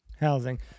Housing